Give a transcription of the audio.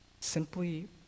Simply